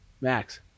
Max